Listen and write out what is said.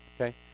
Okay